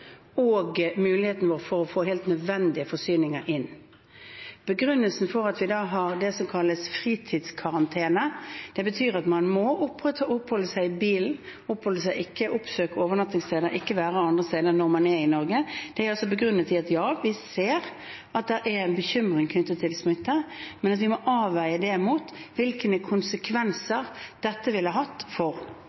og for muligheten vår til å få helt nødvendige forsyninger inn. Begrunnelsen for at vi har det som kalles fritidskarantene, som betyr at man må oppholde seg i bilen, ikke oppsøke overnattingssteder, ikke være andre steder når man er i Norge, er at ja, vi ser at det er en bekymring knyttet til smitte, men vi må avveie det mot hvilke konsekvenser dette ville hatt for